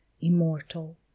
immortal